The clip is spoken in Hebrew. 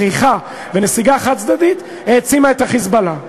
בריחה ונסיגה חד-צדדית העצימו את ה"חיזבאללה".